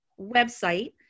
website